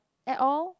at all